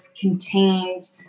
contained